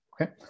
Okay